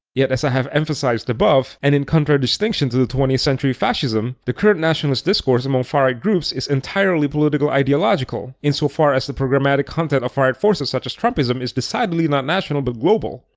yet as i have emphasized above, and in contradistinction to the twentieth century fascism, the current nationalist discourse among far-right groups is entirely political-ideological, insofar as the programmatic content of far-right forces such as trumpism. is decidedly not national but global.